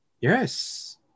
Yes